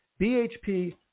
BHP